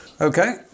Okay